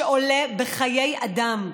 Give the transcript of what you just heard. שעולה בחיי אדם.